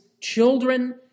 children